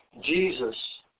Jesus